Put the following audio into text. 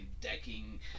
decking